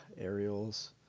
Aerials